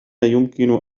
يمكن